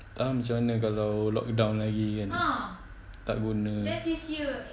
entah macam mana kalau lockdown lagi kan tak guna